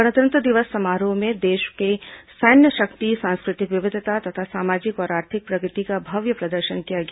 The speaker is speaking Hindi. गणतंत्र दिवस समारोह में देश की सैन्य शक्ति सांस्कृतिक विविधता तथा सामाजिक और आर्थिक प्रगति का भव्य प्रदर्शन किया गया